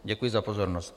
Děkuji za pozornost.